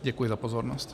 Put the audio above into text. Děkuji za pozornost.